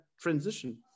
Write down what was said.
transition